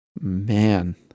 Man